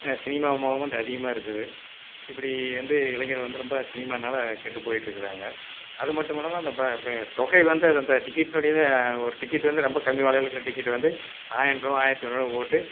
cinema மோகம் வந்து அதிகமாக இருக்குது இப்படி வந்து இளைஞர்கள் வந்து ரொம்ப சினிமானால் கெட்டு போயிட்டுருக்கிறாங்க அது மட்டும் இல்லாம இந்த ப ப தொகையை வந்து அந்த டிக்கெட்ணுடையவே ஒரு டிக்கெட்டு வந்து ரொம்ப கம்மி விலைல இருக்கிற டிக்கெட்டை வந்து ஆயிரம் ருபா ஆயிரத்து ஐநூறுபா போட்டு